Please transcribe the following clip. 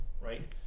Right